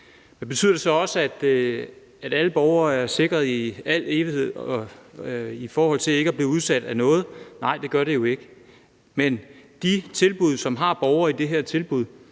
Men betyder det så også, at alle borgere er sikret i al evighed mod at blive udsat for noget? Nej, det gør det jo ikke. Men de steder, som har borgere i de her tilbud,